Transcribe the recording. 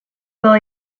will